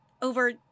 over